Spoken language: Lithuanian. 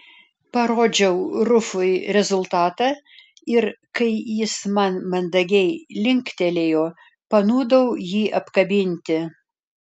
parodžiau rufui rezultatą ir kai jis man mandagiai linktelėjo panūdau jį apkabinti